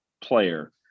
player